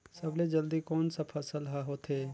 सबले जल्दी कोन सा फसल ह होथे?